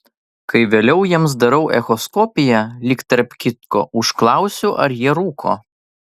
kai vėliau jiems darau echoskopiją lyg tarp kitko užklausiu ar jie rūko